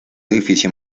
edificio